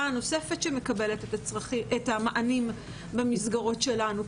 הנוספת שמקבלת את המענים במסגרות שלנו.